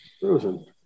frozen